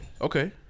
Okay